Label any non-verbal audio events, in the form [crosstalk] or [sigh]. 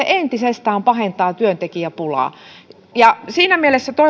[unintelligible] entisestään pahentaa työntekijäpulaa siinä mielessä toivoisin